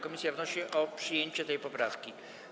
Komisja wnosi o przyjęcie tej poprawki.